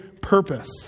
purpose